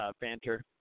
banter